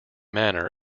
manner